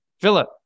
Philip